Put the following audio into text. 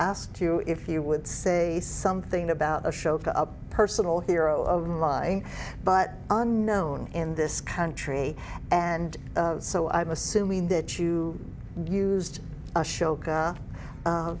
asked you if you would say something about a show a personal hero of a lie but unknown in this country and so i'm assuming that you used a